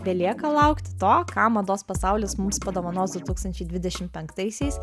belieka laukti to ką mados pasaulis mums padovanos du tūkstančiai dvidešim penktaisiais